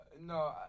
no